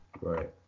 Right